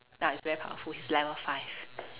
ya he's very powerful he's level five